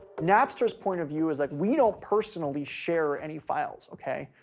napster's point of view is like, we don't personally share any files, okay?